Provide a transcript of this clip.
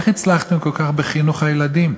איך הצלחתם כל כך בחינוך הילדים?